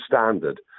standard